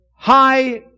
High